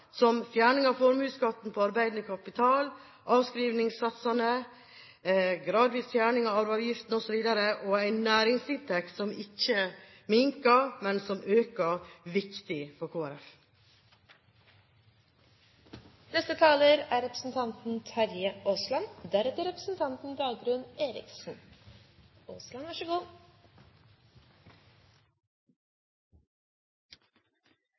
som fjerning av formuesskatten på arbeidende kapital, avskrivningssatsene, gradvis fjerning av arveavgiften, osv., og en næringsinntekt som ikke minker, men øker – viktig for Kristelig Folkeparti. Denne debatten går inn i tradisjonen – det er